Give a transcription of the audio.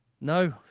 No